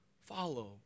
follow